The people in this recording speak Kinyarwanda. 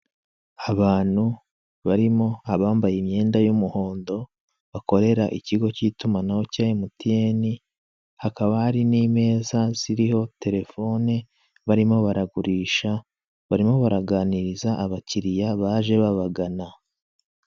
Abantu barimo abambaye imyenda y'umuhondo bakorera ikigo cy'itumanaho cya MTN, hakaba hari n'imeza ziriho telefone barimo baragurisha, barimo baraganiriza abakiriya baje babagana.